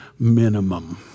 minimum